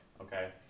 okay